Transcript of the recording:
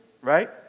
right